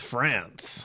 France